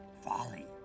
Folly